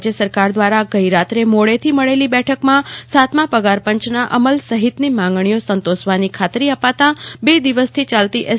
રાજ્ય સરકાર દ્વારા ગઈ રાત્રે મોડેથી મળેલી બેઠકમાં સાતમાં પગારપંચના અમલ સહિતની માંગણીઓ સંતોષવાની ખાતરી અપાતા બે દિવસથી ચાલતી એસ